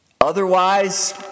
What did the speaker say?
otherwise